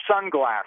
sunglasses